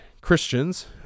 Christians